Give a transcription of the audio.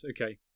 okay